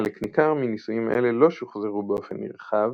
חלק ניכר מניסויים אלה לא שוחזרו באופן נרחב